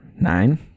Nine